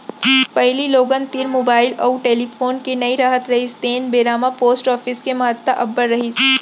पहिली लोगन तीर मुबाइल अउ टेलीफोन के नइ राहत रिहिस तेन बेरा म पोस्ट ऑफिस के महत्ता अब्बड़ रिहिस